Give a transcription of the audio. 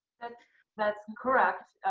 and that's correct.